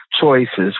choices